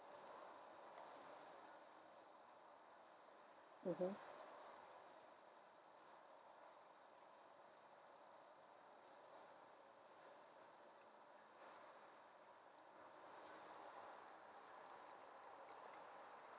mmhmm